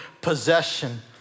possession